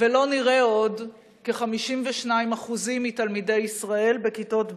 ולא נראה עוד כ-52% מתלמידי ישראל בכיתות ב'